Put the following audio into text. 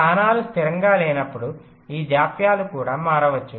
స్థానాలు స్థిరంగా లేనప్పుడు ఈ జాప్యాలు కూడా మారవచ్చు